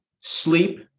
sleep